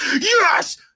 yes